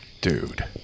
dude